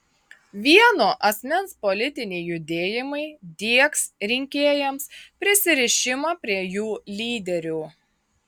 vieno asmens politiniai judėjimai diegs rinkėjams prisirišimą prie jų lyderių